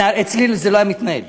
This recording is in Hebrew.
אצלי זה לא היה מתנהל,